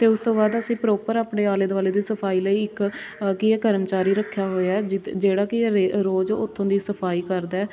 ਅਤੇ ਉਸ ਤੋਂ ਬਾਅਦ ਅਸੀਂ ਪਰੋਪਰ ਆਪਣੇ ਆਲੇ ਦੁਆਲੇ ਦੀ ਸਫ਼ਾਈ ਲਈ ਇੱਕ ਆ ਕੀ ਹੈ ਕਰਮਚਾਰੀ ਰੱਖਿਆ ਹੋਇਆ ਹੈ ਜਿਤ ਜਿਹੜਾ ਕੀ ਹੈ ਵੇ ਰੋਜ਼ ਉਥੋਂ ਦੀ ਸਫ਼ਾਈ ਕਰਦਾ ਹੈ